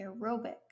aerobic